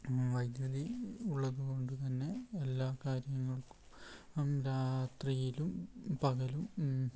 വൈദ്യുതി ഉള്ളതുകൊണ്ട് തന്നെ എല്ലാ കാര്യങ്ങൾക്കും രാത്രിയിലും പകലും